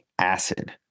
acid